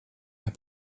herr